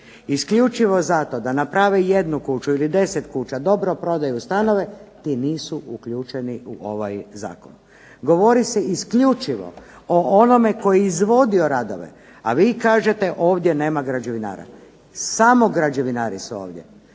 isključivo zato da naprave jednu kuću ili 10 kuća, dobro prodaju stanove, ti nisu uključeni u ovaj zakon. Govori se isključivo o onome koji je izvodio radove. A vi kažete da ovdje nema građevinara. Samo građevinari su ovdje.